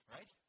Right